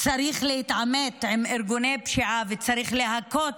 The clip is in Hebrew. צריך להתעמת עם ארגוני הפשיעה וצריך להכות